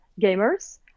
gamers